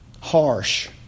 Harsh